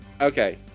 Okay